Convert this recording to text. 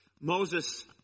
Moses